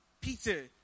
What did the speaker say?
Peter